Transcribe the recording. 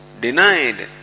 denied